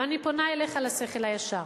אבל אני פונה אליך לשכל הישר,